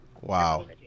Wow